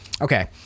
okay